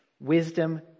Wisdom